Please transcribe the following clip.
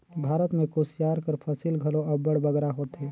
भारत में कुसियार कर फसिल घलो अब्बड़ बगरा होथे